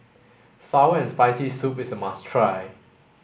sour and spicy soup is a must try